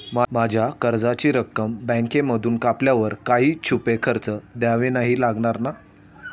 माझ्या कर्जाची रक्कम बँकेमधून कापल्यावर काही छुपे खर्च द्यावे नाही लागणार ना?